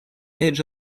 edge